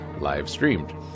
live-streamed